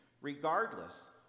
regardless